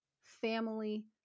family